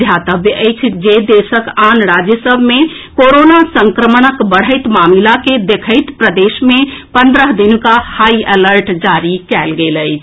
ध्यातव्य अछि जे देशक आन राज्य सभ मे कोरोना संक्रमणक बढ़ैत मामिला के देखैत प्रदेश मे पन्द्रह दिनुका हाई अलर्ट जारी कएल गेल अछि